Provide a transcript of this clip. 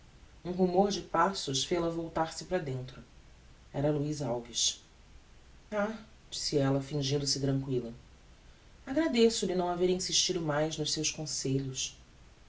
um rumor de passos fel-a voltar-se para dentro era luiz alves ah disse ella fingindo-se tranquilla agradeço-lhe não haver insistido mais nos seus conselhos